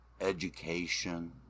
education